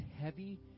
heavy